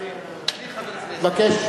אני מבקש,